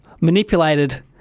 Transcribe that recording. manipulated